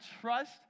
trust